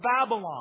Babylon